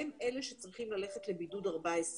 הם אלה שצריכים ללכת לבידוד ל-14 יום,